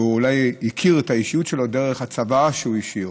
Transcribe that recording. ואולי הכיר את האישיות שלו דרך הצוואה שהוא השאיר,